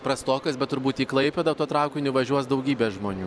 prastokas bet turbūt į klaipėdą tuo traukiniu važiuos daugybė žmonių